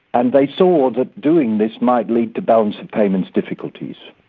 and they saw that doing this might lead to balance of payments difficulties.